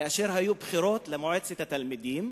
כאשר היו בחירות למועצת התלמידים,